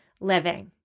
living